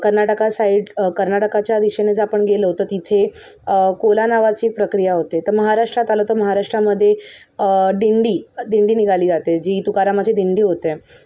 Karnataka side कर्नाटकाच्या दिशेने जर आपण गेलो तर तिथे कोला नावाची प्रक्रिया होते तर महाराष्ट्रात आलो तर महाराष्ट्रामध्ये डिंडी दिंडी निघाली जाते जी तुकारामाची दिंडी होते